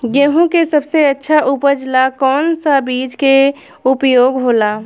गेहूँ के सबसे अच्छा उपज ला कौन सा बिज के उपयोग होला?